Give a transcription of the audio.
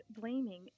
blaming